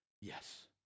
Yes